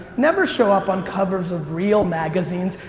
never show up on covers of real magazines,